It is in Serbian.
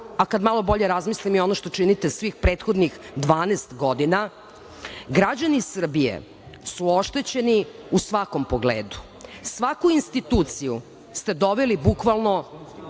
a kad malo bolje razmislim, i ono što činite svih prethodnih 12 godina, građani Srbije su oštećeni u svakom pogledu. Svaku instituciju ste doveli bukvalno